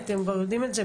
אתם כבר יודעים את זה,